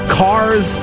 cars